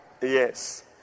Yes